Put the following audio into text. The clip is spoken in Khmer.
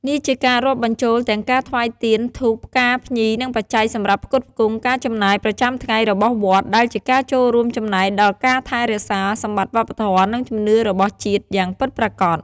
នេះជាការរាប់បញ្ចូលទាំងការថ្វាយទៀន ធូប ផ្កាភ្ញី និងបច្ច័យសម្រាប់ផ្គត់ផ្គង់ការចំណាយប្រចាំថ្ងៃរបស់វត្ត ដែលជាការរួមចំណែកដល់ការថែរក្សាសម្បត្តិវប្បធម៌ និងជំនឿរបស់ជាតិយ៉ាងពិតប្រាកដ។